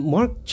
Mark